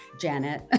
Janet